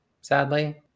sadly